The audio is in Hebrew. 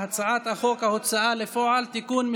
תוצאת ההצבעה על הצעת החוק: עברה.